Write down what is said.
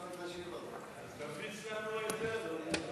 אז תפיץ לנו את זה.